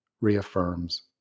reaffirms